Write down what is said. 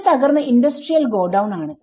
ഇത് തകർന്ന industrial godown ആണ്